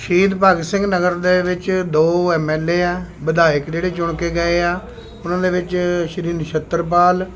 ਸ਼ਹੀਦ ਭਗਤ ਸਿੰਘ ਨਗਰ ਦੇ ਵਿੱਚ ਦੋ ਐੱਮ ਐੱਲ ਏ ਆ ਵਿਧਾਇਕ ਜਿਹੜੇ ਚੁਣ ਕੇ ਗਏ ਆ ਉਹਨਾਂ ਦੇ ਵਿੱਚ ਸ਼੍ਰੀ ਨਛੱਤਰ ਪਾਲ